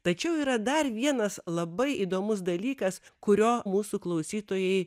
tačiau yra dar vienas labai įdomus dalykas kurio mūsų klausytojai